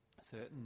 certain